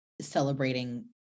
celebrating